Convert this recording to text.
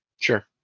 Sure